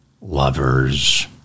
lovers